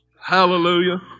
Hallelujah